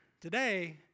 Today